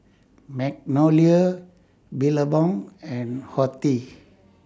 Magnolia Billabong and Horti